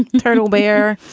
and turtle bear.